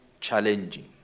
challenging